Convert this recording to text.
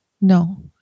no